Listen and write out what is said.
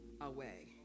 away